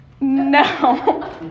No